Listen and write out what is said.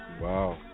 Wow